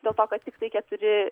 dėl to kad tiktai keturi